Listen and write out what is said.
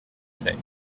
fait